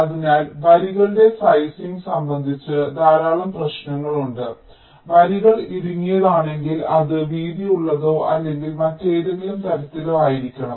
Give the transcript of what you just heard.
അതിനാൽ വരികളുടെ സൈസിങ് സംബന്ധിച്ച് ധാരാളം പ്രശ്നങ്ങൾ ഉണ്ട് വരികൾ ഇടുങ്ങിയതാണെങ്കിൽ അത് വീതിയുള്ളതോ അല്ലെങ്കിൽ മറ്റേതെങ്കിലും തരത്തിലോ ആയിരിക്കണം